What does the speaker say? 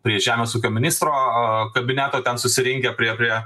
prie žemės ūkio ministro kabineto ten susirinkę prie prie